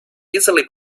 easily